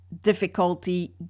difficulty